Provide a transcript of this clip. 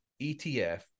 ETF